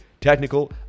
technical